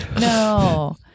No